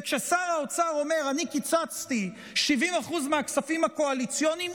וכששר האוצר אומר: אני קיצצתי 70% מהכספים הקואליציוניים,